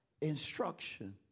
instruction